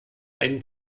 einen